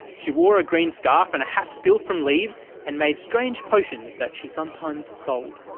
she wore a green scarf and a hat built from leaves and made strange potions that she sometimes sold.